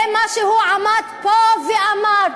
זה מה שהוא עמד פה ואמר,